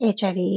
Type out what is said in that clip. HIV